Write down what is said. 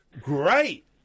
great